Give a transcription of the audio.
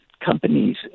companies